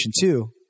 Two